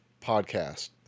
podcast